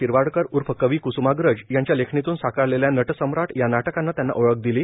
शिरवाडकर ऊर्फ कवी कसमाग्रज यांच्या लेखणीतन साकारलेल्या नटसमाट या नाटकाने त्यांना ओळख दिली